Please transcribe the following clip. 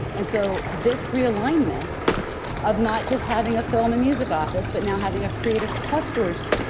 and so, this realignment of not just having a film and music office, but now having a creative clusters